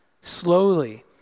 slowly